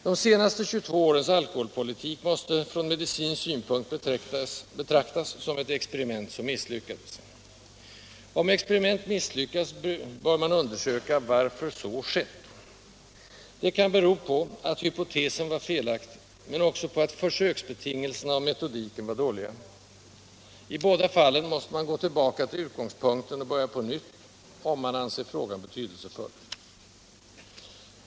De senaste 22 årens alkoholpolitik måste från medicinsk synpunkt betraktas som ett experiment som misslyckades. Om experiment misslyckas, bör man undersöka varför så skett. Det kan bero på att hypotesen var felaktig, men också på att försöksbetingelserna och metodiken var dåliga. I båda fallen måste man gå tillbaka till utgångspunkten och börja på nytt — om man anser frågan betydelsefull.